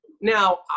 Now